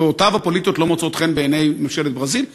דעותיו הפוליטיות לא מוצאות חן בעיני ממשלת ברזיל,